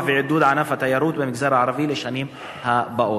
ועידוד ענף התיירות למגזר הערבי לשנים הבאות?